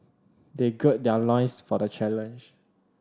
they gird their loins for the challenge